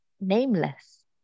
nameless